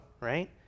right